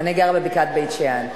אני גרה בבקעת בית-שאן.